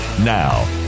now